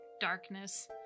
darkness